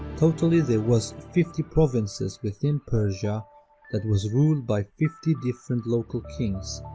totally there was fifty provinces within persia that was ruled by fifty different local kings,